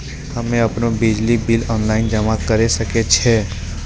हम्मे आपनौ बिजली बिल ऑनलाइन जमा करै सकै छौ?